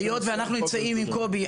היות שאנחנו נמצאים עם קובי,